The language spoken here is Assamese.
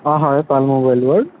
অ হয়